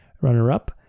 runner-up